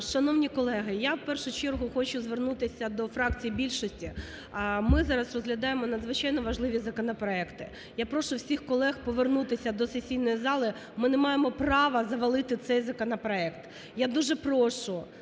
Шановні колеги, я, в першу чергу, хочу звернутися до фракції більшості. Ми зараз розглядаємо надзвичайно важливі законопроекти, я прошу всіх колег повернутися до сесійної зали, ми не маємо права завалити цей законопроект. Я дуже прошу